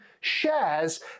shares